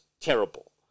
Terrible